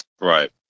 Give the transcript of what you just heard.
right